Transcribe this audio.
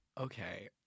Okay